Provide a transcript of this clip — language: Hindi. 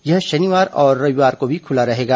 यह शनिवार और रविवार को भी खुला रहेगा